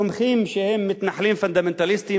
תומכים שהם מתנחלים פונדמנטליסטים,